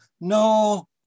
no